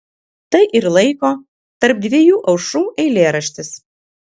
tai ir laiko tarp dviejų aušrų eilėraštis